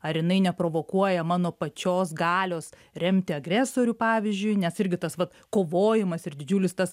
ar jinai neprovokuoja mano pačios galios remti agresorių pavyzdžiui nes irgi tas vat kovojimas ir didžiulis tas